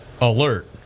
alert